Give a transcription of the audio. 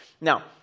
Now